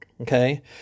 Okay